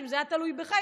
אם זה היה תלוי בך,